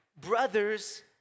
Brothers